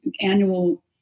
annual